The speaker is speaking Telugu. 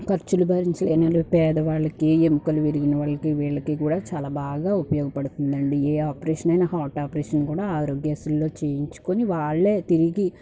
ఖర్చులు భరించలేనోళ్ళు పేదవాళ్లకి ఎముకలు విరిగినవాళ్లకి వీళ్ళకి కూడా చాలా బాగా ఉపయోగపడుతుందండి ఏ ఆపరేషన్ అయిన హార్ట్ ఆపరేషన్ కూడా ఆరోగ్యశ్రీలో చేయించుకుని వాళ్ళే తిరిగి